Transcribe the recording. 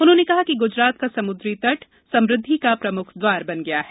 उन्होंने कहा कि गुजरात का समुद्री तट समृद्धि का प्रमुख द्वार बन रहा है